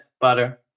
butter